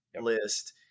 list